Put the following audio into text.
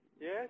Yes